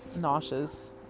nauseous